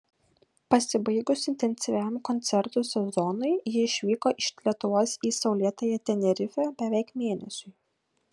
pasibaigus intensyviam koncertų sezonui ji išvyko iš lietuvos į saulėtąją tenerifę beveik mėnesiui